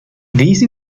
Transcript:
these